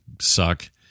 suck